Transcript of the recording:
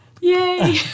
Yay